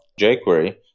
jQuery